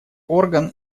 орган